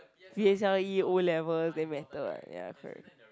p_s_l_e O-level then matter what ya correct